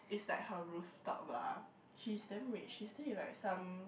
it's like her rooftop lah she's damn rich she stay in like some